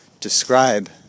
describe